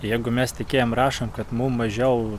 jeigu mes tiekėjam rašom kad mums mažiau